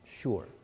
Sure